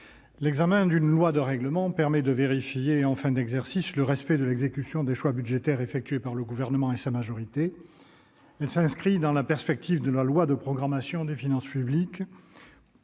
L'examen d'un projet de loi de règlement permet de vérifier, en fin d'exercice, le respect de l'exécution des choix budgétaires effectués par le Gouvernement et sa majorité. Ce texte s'inscrit dans la perspective de la loi de programmation des finances publiques